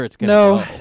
No